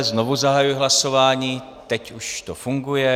Znovu zahajuji hlasování, teď už to funguje.